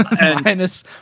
minus